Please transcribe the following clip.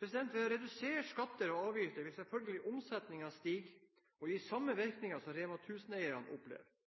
Ved å redusere skatter og avgifter vil selvfølgelig omsetningen stige og gi samme virkning som Rema 1000-eierne opplever,